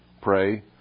pray